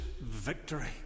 victory